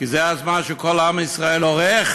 כי זה הזמן שכל עם ישראל עורך